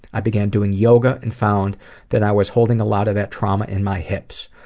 i began doing yoga and found that i was holding a lot of that trauma in my hips.